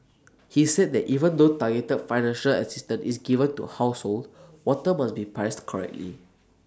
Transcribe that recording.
he said that even though targeted financial assistance is given to households water must be priced correctly